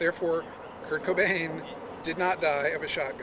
therefore kurt cobain did not have a sho